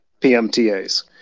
PMTAs